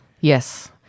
Yes